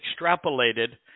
extrapolated